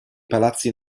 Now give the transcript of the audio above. palazzi